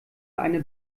eine